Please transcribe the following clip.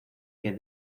que